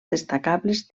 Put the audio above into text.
destacables